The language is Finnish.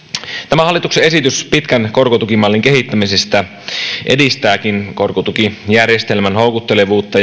tämä hallituksen esitys pitkän korkotukimallin kehittämisestä edistääkin korkotukijärjestelmän houkuttelevuutta